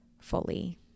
fully